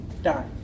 Die